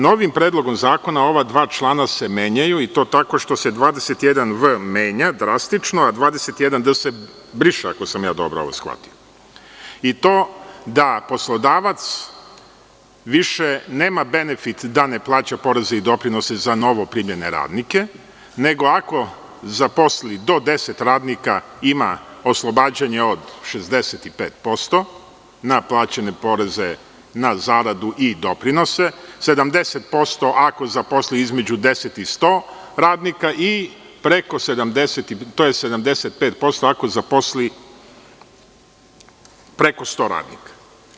Novim predlogom zakona ova dva člana se menjaju i to tako što se 21v menja drastično, a 21d se briše, ako sam dobro shvatio i to da poslodavac više nema benefit da ne plaća poreze i doprinose za novoprimljene radnike, nego ako zaposli do deset radnika ima oslobađanja od 65% na plaćene poreze na zaradu i doprinose, 70% ako zaposli između deset i 100 radnika i preko 70% odnosno 75% ako zaposli preko 100 radnika.